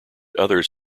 others